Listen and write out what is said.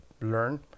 learn